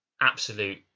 absolute